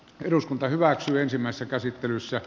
eduskunta hyväksyisimmässä käsittelyssä